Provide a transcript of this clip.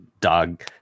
dog